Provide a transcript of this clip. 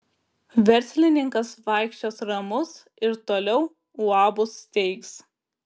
verslininkas vaikščios ramus ir toliau uabus steigs